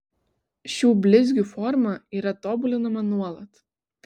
šių blizgių forma yra tobulinama nuolat